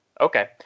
Okay